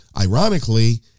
Ironically